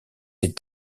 est